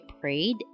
prayed